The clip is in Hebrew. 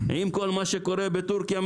עם כל מה שקורה בטורקיה,